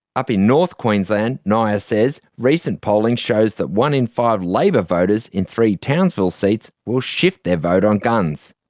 up in north queensland, nioa says, recent polling shows that one in five labor voters in three townsville seats will shift their vote on guns,